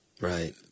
Right